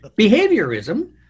behaviorism